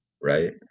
right